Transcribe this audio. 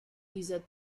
dieser